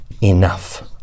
enough